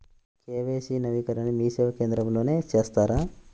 KYC నవీకరణని మీసేవా కేంద్రం లో చేస్తారా?